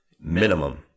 Minimum